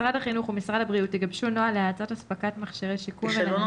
משרד החינוך ומשרד הבריאות יגבשו נוהל להאצת אספקת מכשירי שיקום וניידות